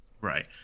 Right